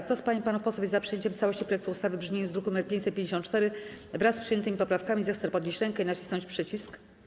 Kto z pań i panów posłów jest za przyjęciem w całości projektu ustawy w brzmieniu z druku nr 554, wraz z przyjętymi poprawkami, zechce podnieść rękę i nacisnąć przycisk.